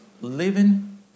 living